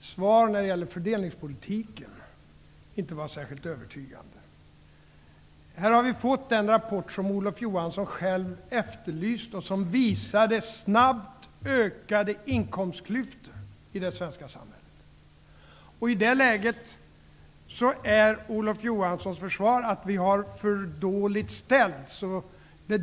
svar när det gäller fördelningspolitiken inte var särskilt övertygande. Här har vi fått den rapport som Olof Johansson själv efterlyste. Den visar på snabbt ökande inkomstklyftor i det svenska samhället. I det läget är Olof Johanssons försvar att vi har det för dåligt ställt.